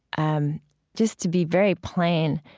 um just to be very plain,